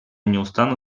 неустанно